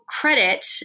credit